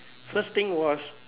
first thing was